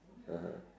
(uh huh)